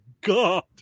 God